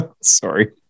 Sorry